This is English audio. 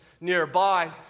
nearby